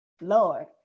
lord